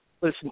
listen